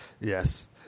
yes